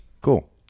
Cool